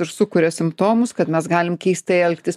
ir sukuria simptomus kad mes galim keistai elgtis